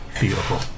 Beautiful